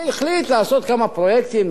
שהחליט לעשות כמה פרויקטים,